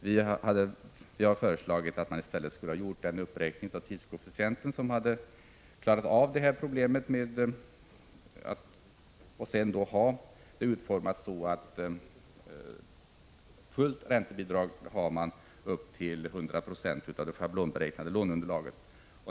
Vi har föreslagit att man i stället skulle ha gjort en uppräkning av tidskoefficienten, då man hade klarat av detta problem, och utformat stödet så att man har fullt räntebidrag upp till 100 96 av det schablonberäknade låneunderlaget.